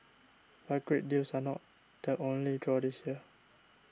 but great deals are not the only draw this year